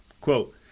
Quote